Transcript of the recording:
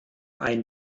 ein